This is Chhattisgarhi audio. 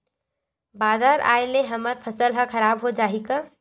बादर आय ले हमर फसल ह खराब हो जाहि का?